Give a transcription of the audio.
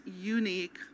unique